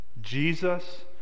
Jesus